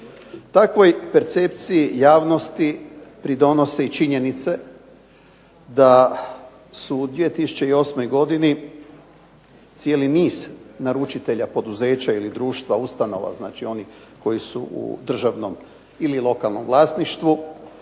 Takvoj percepciji javnosti pridonose činjenice da su u 2008. godini cijeli niz naručitelja, poduzeća ili društva, ustanova, znači oni koji su u državnom ili lokalnom vlasništvu